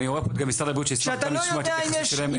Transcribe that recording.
אני רואה פה גם את משרד הבריאות שנשמח גם לשמוע את ההתייחסות שלהם,